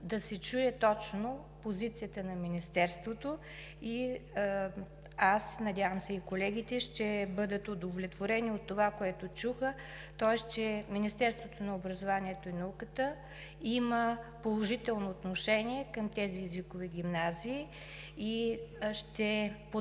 да се чуе точно позицията на Министерството. Аз, надявам се, и колегите ще бъдат удовлетворени от това, което чуха – че Министерството на образованието и науката има положително отношение към тези езикови гимназии и ще подпомага